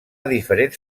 diferents